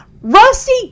Rusty